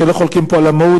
שלא חולקים פה על המהות,